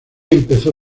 empezó